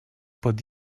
под